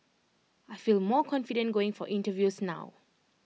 I feel more confident going for interviews now